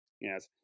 Yes